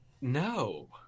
no